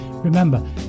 Remember